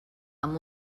amb